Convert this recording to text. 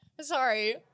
Sorry